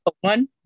One